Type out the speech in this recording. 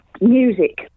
Music